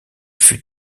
fut